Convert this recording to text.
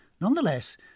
Nonetheless